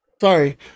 sorry